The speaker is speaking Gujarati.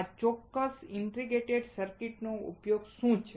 આ ચોક્કસ ઇન્ટિગ્રેટેડ સર્કિટનો ઉપયોગ શું છે